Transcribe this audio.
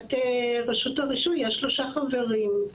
שבישיבת רשות הרישוי יש שלושה חברים,